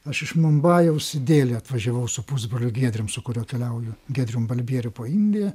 aš iš mumbajaus į delį atvažiavau su pusbroliu giedrium su kuriuo keliauju giedrium balbieriu po indiją